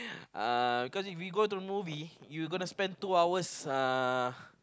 uh because if we go the movie you gonna spend two hours uh